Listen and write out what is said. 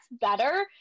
better